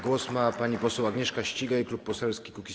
Głos ma pani poseł Agnieszka Ścigaj, Klub Poselski Kukiz’15.